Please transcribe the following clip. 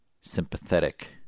sympathetic